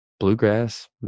Bluegrass